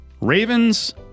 Ravens